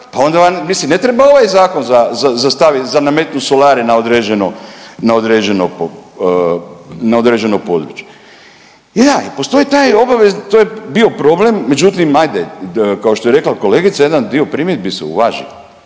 pa onda vam mislim ne treba ovaj zakon za stavit, za nametnut solare na određeno, na određeno područje. I da i postoji taj obavezni, to je bio problem, međutim ajde kao što je rekla kolegica jedan dio primjedbi se uvaži.